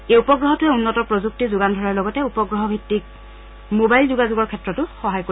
এই উপগ্ৰহটোৱে উন্নত প্ৰযুক্তি যোগান ধৰাৰ লগতে উপগ্ৰহ ভিত্তক মোবাইল যোগাযোগৰ ক্ষেত্ৰতো সহায় কৰিব